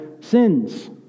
sins